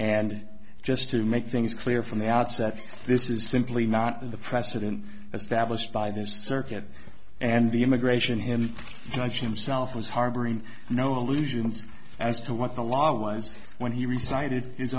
and just to make things clear from the outset this is simply not the precedent established by this circuit and the immigration him judge himself was harboring no illusions as to what the law was when he resigned it i